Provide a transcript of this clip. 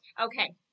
Okay